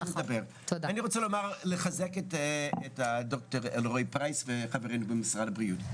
רוצה לחזק את הד"ר אלרעי פרייס וחברנו במשרד הבריאות.